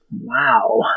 Wow